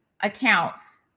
accounts